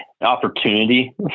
opportunity